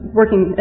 working